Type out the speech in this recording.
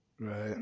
Right